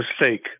mistake